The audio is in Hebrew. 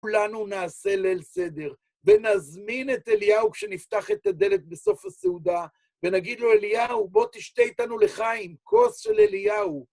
כולנו נעשה ליל סדר. ונזמין את אליהו כשנפתח את הדלת בסוף הסעודה, ונגיד לו אליהו, בוא תשתה איתנו לחיים, כוס של אליהו